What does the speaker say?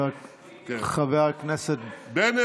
חבר הכנסת בגין,